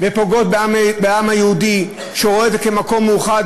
ופוגעת בעם היהודי שרואה את זה כמקום מאוחד,